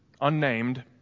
unnamed